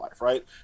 Right